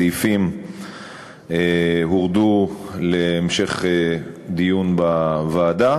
הסעיפים הורדו להמשך דיון בוועדה,